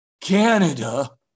Canada